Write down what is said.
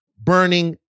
burning